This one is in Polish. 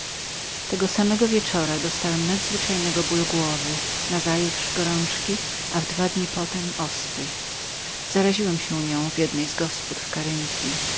tego samego wieczora dostałem nadzwyczajnego bólu głowy nazajutrz gorączki we dwa dni zaś potem ospy zaraziłem się nią w jednej gospodzie